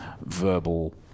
verbal